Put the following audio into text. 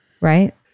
Right